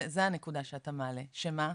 זו הנקודה שאתה מעלה, שמה?